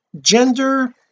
gender